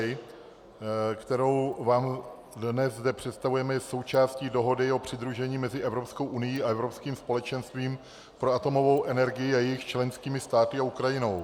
DCFTA, kterou vám zde dnes představujeme, je součástí Dohody o přidružení mezi Evropskou unií a Evropským společenstvím pro atomovou energii a jejich členskými státy a Ukrajinou.